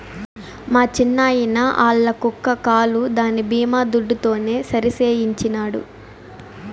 మా చిన్నాయిన ఆల్ల కుక్క కాలు దాని బీమా దుడ్డుతోనే సరిసేయించినాడు